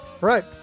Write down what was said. right